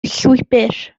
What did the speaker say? llwybr